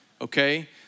okay